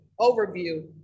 overview